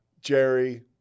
Jerry